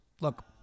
Look